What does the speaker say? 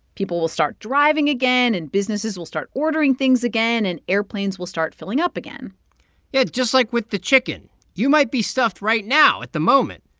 people will start driving again, and businesses will start ordering things again. and airplanes will start filling up again yeah, just like with the chicken you might be stuffed right now at the moment,